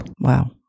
Wow